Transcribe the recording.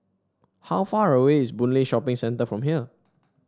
how far away is Boon Lay Shopping Centre from here